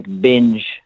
binge